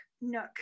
Nook